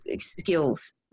skills